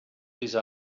these